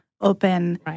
open